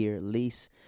lease